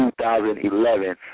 2011